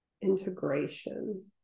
integration